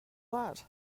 that